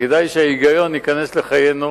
כדאי שההיגיון ייכנס לחיינו,